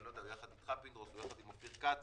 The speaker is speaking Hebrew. או לא יודע יחד איתך פינדרוס ויחד עם אופיר כץ